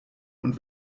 und